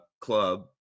club